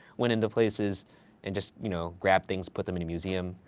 went into places and just, you know, grabbed things, put them in a museum.